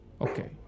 okay